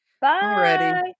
Bye